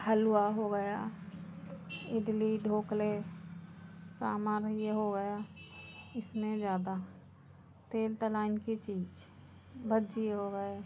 हलुवा हो गया इडली ढोकले सांभर ये हो गया इसमें ज़्यादा तेल तलाइन की चीज भज्जी हो गए